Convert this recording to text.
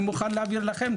אני מוכן להעביר לכם,